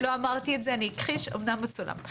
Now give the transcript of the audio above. לא אמרתי את זה, אני אכחיש למרות שזה מצולם.